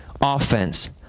offense